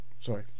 Sorry